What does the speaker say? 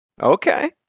Okay